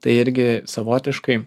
tai irgi savotiškai